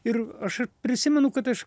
ir aš ir prisimenu kad aš